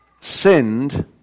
sinned